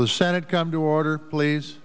the senate come to order please